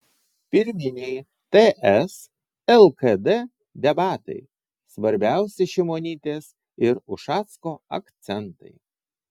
pirminiai ts lkd debatai svarbiausi šimonytės ir ušacko akcentai